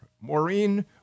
Maureen